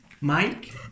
Mike